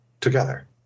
together